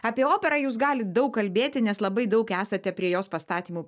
apie operą jūs galit daug kalbėti nes labai daug esate prie jos pastatymų